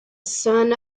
son